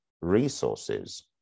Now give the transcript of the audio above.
resources